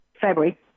February